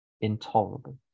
intolerable